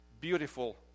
beautiful